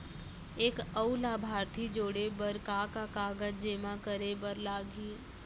एक अऊ लाभार्थी जोड़े बर का का कागज जेमा करे बर लागही?